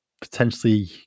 potentially